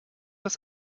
das